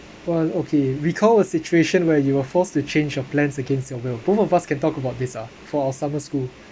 while okay recall a situation where you were forced to change your plans against your will both of us can talk about this ah for a summer school